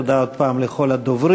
תודה עוד פעם לכל הדוברים,